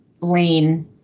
lane